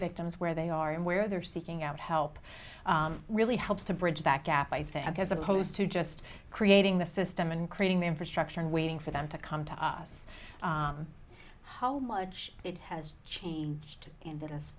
victims where they are and where they're seeking out help really helps to bridge that gap i think as opposed to just creating the system and creating the infrastructure and waiting for them to come to us how much it has changed and that